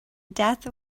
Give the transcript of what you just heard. death